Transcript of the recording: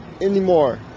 anymore